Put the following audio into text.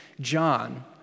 John